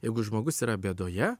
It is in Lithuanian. jeigu žmogus yra bėdoje